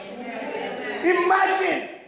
Imagine